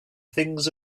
things